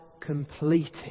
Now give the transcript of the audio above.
completed